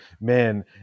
man